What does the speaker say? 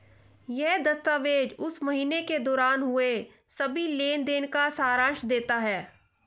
यह दस्तावेज़ उस महीने के दौरान हुए सभी लेन देन का सारांश देता है